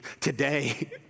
today